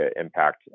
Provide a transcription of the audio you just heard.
impact